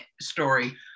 story